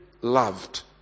loved